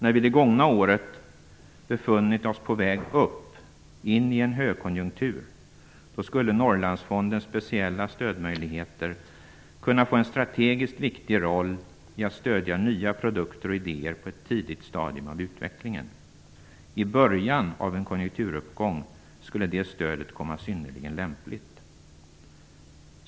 När vi under det gångna året befann oss på väg upp, in i en högkonjunktur, skulle Norrlandsfondens speciella stödmöjligheter kunna spela en strategiskt viktig roll genom att stödja nya produkter och idéer på ett tidigt stadium av utvecklingen. I början av en konjunkturuppgång skulle det stödet komma synnerligen lämpligt.